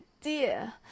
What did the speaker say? dear